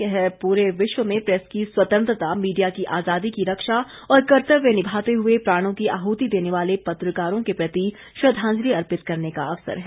यह पूरे विश्व में प्रेस की स्वतंत्रता मीडिया की आजादी की रक्षा और कर्तव्य निभाते हए प्राणों की आहति देने वाले पत्रकारों के प्रति श्रद्धांजलि अर्पित करने का अवसर है